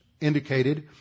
indicated